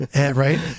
right